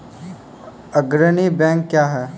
अग्रणी बैंक क्या हैं?